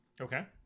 okay